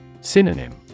Synonym